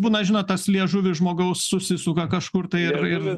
būna žinot tas liežuvis žmogaus susisuka kažkur tai ir ir